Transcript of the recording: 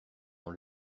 dans